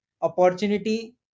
opportunity